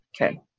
Okay